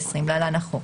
התש"ף-2020 (להלן החוק),